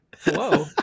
Hello